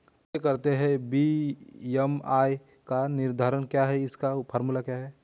कैसे करते हैं बी.एम.आई का निर्धारण क्या है इसका फॉर्मूला?